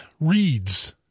reads